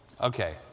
Okay